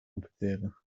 amputeren